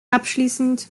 abschließend